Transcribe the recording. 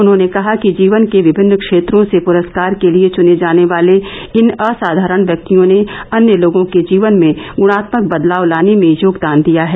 उन्होंने कहा कि जीवन के विभिन्न क्षेत्रों से पुरस्कार के लिए चुने जाने वाले इन असाधारण व्यक्तियों ने अन्य लोगों के जीवन में गुणात्मक बदलाव लाने में योगदान दिया है